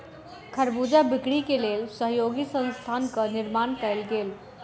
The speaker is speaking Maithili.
खरबूजा बिक्री के लेल सहयोगी संस्थानक निर्माण कयल गेल